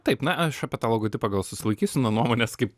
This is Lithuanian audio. taip na aš apie tą logotipą gal susilaikysiu nuo nuomonės kaip